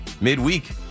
midweek